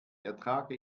ertrage